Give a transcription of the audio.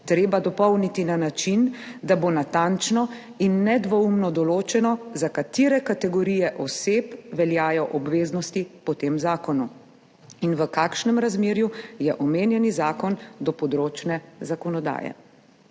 treba dopolniti na način, da bo natančno in nedvoumno določeno, za katere kategorije oseb veljajo obveznosti po tem zakonu in v kakšnem razmerju je omenjeni zakon do področne zakonodaje.